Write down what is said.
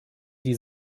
die